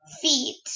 feet